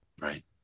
Right